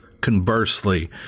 conversely